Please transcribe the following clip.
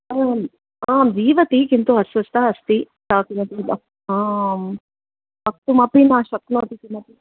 आम् आं जीवति किन्तु अस्वस्था अस्ति सा किमपि आं वक्तुमपि न शक्नोति किमपि